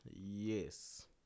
Yes